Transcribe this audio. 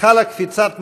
חלה קפיצת מדרגה,